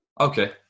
Okay